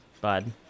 bud